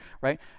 Right